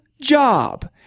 job